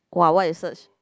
[wah] what you search